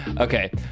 Okay